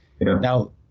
Now